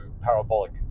parabolic